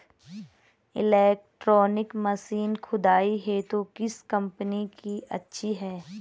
Electronic machine खुदाई हेतु किस कंपनी की अच्छी है?